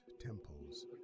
temples